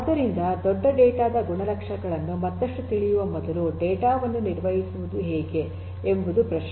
ಆದ್ದರಿಂದ ದೊಡ್ಡ ಡೇಟಾ ದ ಗುಣಲಕ್ಷಣಗಳನ್ನು ಮತ್ತಷ್ಟು ತಿಳಿಯುವ ಮೊದಲು ಡೇಟಾ ವನ್ನು ನೀವು ಹೇಗೆ ನಿರ್ವಹಿಸುವುದು ಎಂಬುದು ಪ್ರಶ್ನೆ